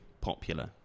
popular